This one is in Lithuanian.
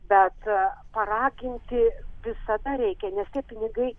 bet paraginti visada reikia nes tie pinigai